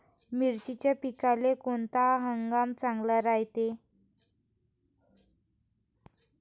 मिर्चीच्या पिकाले कोनता हंगाम चांगला रायते?